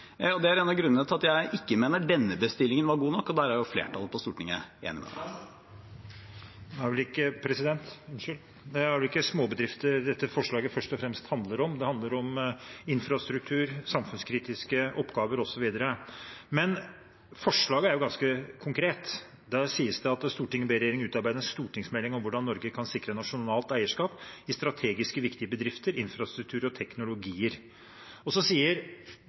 Det er en av grunnene til at jeg mener denne bestillingen ikke var god nok, og der er jo flertallet på Stortinget enig. Det er ikke småbedrifter dette forslaget først og fremst handler om. Det handler om infrastruktur, samfunnskritiske oppgaver osv. Forslaget er ganske konkret. Der sies det: «Stortinget ber regjeringen utarbeide en stortingsmelding om hvordan Norge kan sikre nasjonalt eierskap i strategisk viktige bedrifter, infrastruktur og teknologier.» Så sier